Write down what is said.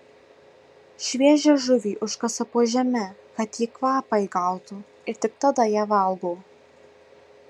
šviežią žuvį užkasa po žeme kad ji kvapą įgautų ir tik tada ją valgo